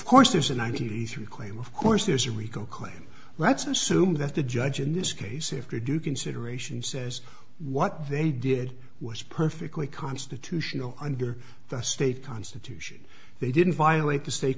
if course there's a ninety three claim of course there's a rico claim let's assume that the judge in this case after due consideration says what they did was perfectly constitutional under the state constitution they didn't violate the state